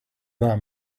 that